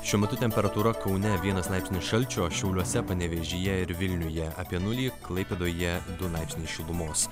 šiuo metu temperatūra kaune vienas laipsnis šalčio šiauliuose panevėžyje ir vilniuje apie nulį klaipėdoje du laipsniai šilumos